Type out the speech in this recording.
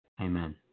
Amen